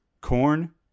corn